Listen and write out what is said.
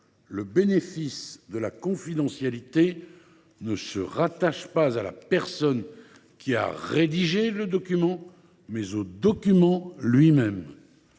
le bénéfice de la confidentialité se rattache non pas à la personne qui a rédigé le document, mais au document lui même